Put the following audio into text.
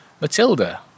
Matilda